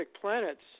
planets